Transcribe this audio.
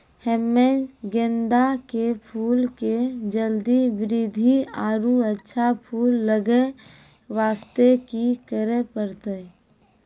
हम्मे गेंदा के फूल के जल्दी बृद्धि आरु अच्छा फूल लगय वास्ते की करे परतै?